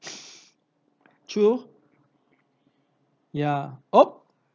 true ya !ow!